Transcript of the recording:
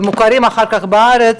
ומוכרים אחר כך בארץ.